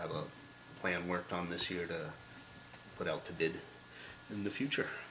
i love plan worked on this year to put out to bid in the future